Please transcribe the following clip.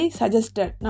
suggested